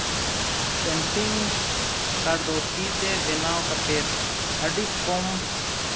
painting card ᱫᱚ ᱛᱤ ᱛᱮ ᱵᱮᱱᱟᱣ ᱠᱟᱛᱮᱫ ᱟᱹᱰᱤ ᱠᱚᱢ